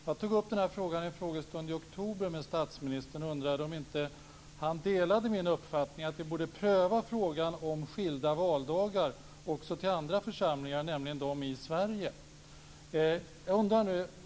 Jag tog upp den här frågan med statsministern vid en frågestund i oktober och undrade om inte statsministern delade min uppfattning att vi borde pröva frågan om skilda valdagar också till andra församlingar, nämligen de i Sverige.